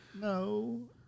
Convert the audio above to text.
No